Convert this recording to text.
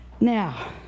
now